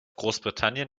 großbritannien